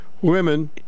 Women